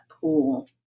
pool